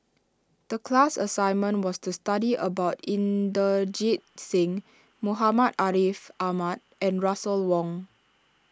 the class assignment was to study about Inderjit Singh Muhammad Ariff Ahmad and Russel Wong